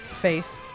Face